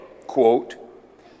quote